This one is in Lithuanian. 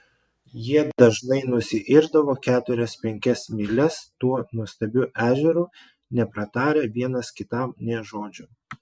jie dažnai nusiirdavo keturias penkias mylias tuo nuostabiu ežeru nepratarę vienas kitam nė žodžio